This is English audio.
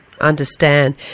understand